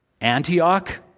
Antioch